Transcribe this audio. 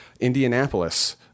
Indianapolis